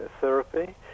therapy